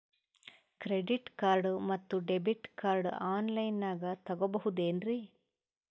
Credit card ಮತ್ತು debit card ಆನ್ ಲೈನಾಗ್ ತಗೋಬಹುದೇನ್ರಿ?